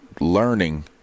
learning